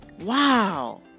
Wow